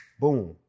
Boom